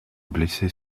blessé